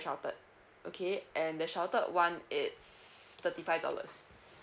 sheltered okay and the sheltered one it's thirty five dollars